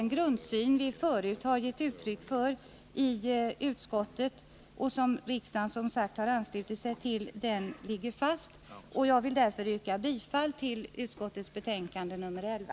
Den grundsyn som vi förut har givit uttryck för i utskottet och som riksdagen som sagt har anslutit sig till ligger fast. Jag vill därför yrka bifall till utskottets hemställan i dess betänkande nr 11.